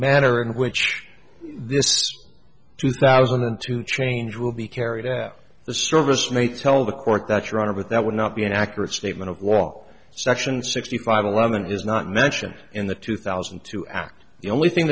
manner in which this two thousand and two change will be carried out the service may tell the court that your honor but that would not be an accurate statement of was section sixty five a woman is not mentioned in the two thousand and two act the only thing